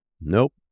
Nope